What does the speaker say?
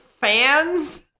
fans